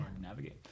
navigate